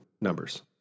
numbers